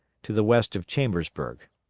to the west of chambersburg.